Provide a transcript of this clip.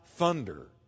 thunder